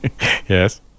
Yes